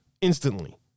instantly